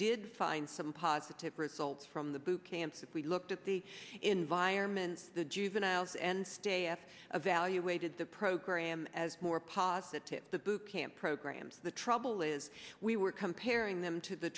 did find some positive results from the boot camps if we looked at the environments the juveniles and stay at a value weighted the program as more positive the boot camp programs the trouble is we were comparing them to the